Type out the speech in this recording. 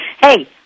Hey